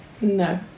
No